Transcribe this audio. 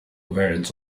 variants